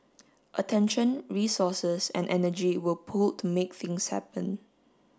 attention resources and energy were pooled to make things happen